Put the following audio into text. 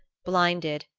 blinded,